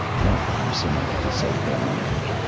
not perhaps enough to save their marriage,